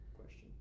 question